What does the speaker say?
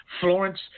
Florence